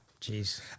Jeez